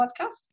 Podcast